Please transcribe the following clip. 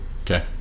okay